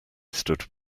stood